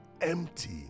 empty